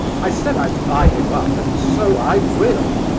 i said i'd buy you up, and so i will.